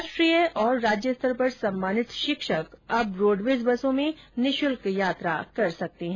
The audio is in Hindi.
राष्ट्रीय और राज्य स्तर पर सम्मानित शिक्षक अब रोडवेज बसों में निःशुल्क यात्रा कर सकते है